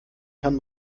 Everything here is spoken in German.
kann